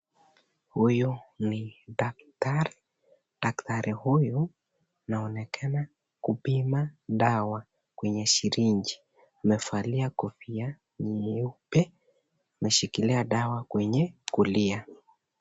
Huyu ni daktari. Daktari huyu anaonekana kupima dawa kwenye siringi. Amevalia kofia nyeupe. Ameshikilia dawa kwenye kulia.